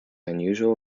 unusual